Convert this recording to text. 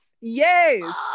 yes